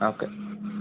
okay